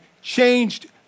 Changed